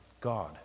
God